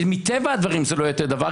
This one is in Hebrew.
ומטבע הדברים זה לא יהיה אותו דבר,